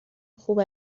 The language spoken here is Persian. خوب